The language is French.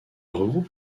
regroupe